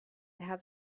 have